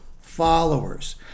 followers